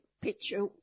picture